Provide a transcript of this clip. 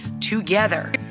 together